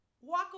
walk